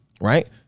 Right